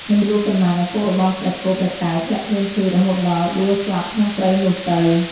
មិនយូរប៉ុន្មាន ឪពុករបស់ព្រះគោព្រះកែវធ្លាក់ខ្លួនឈឺរហូតដល់ដួលស្លាប់ក្នុងព្រៃនោះទៅ ។